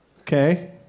Okay